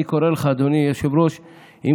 אני קורא לך, אדוני היושב-ראש: אם